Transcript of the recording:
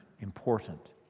important